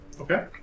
Okay